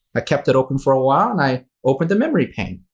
i kept it open for a while, and i opened the memory pane.